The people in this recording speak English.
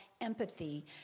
empathy